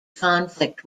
conflict